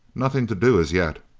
nothing to do as yet.